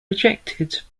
rejected